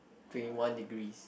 twenty one degrees